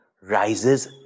rises